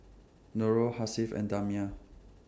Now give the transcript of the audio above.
Nurul Hasif and Damia